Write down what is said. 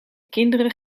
kinderen